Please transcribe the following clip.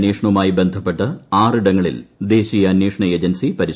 അന്വേഷണവുമായി ബന്ധപ്പെട്ട് ആറിടങ്ങളിൽ ദേശീയ അന്വേഷണ ഏജൻസി പരിശോധന നടത്തി